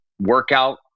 workout